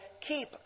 keep